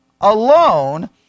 alone